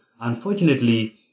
Unfortunately